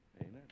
Amen